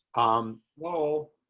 um, whoa.